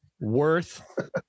worth